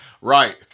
Right